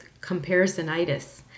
comparisonitis